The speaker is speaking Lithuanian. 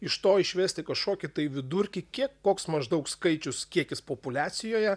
iš to išvesti kažkokį tai vidurkį kiek koks maždaug skaičius kiekis populiacijoje